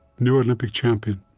new olympic champion.